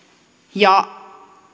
ja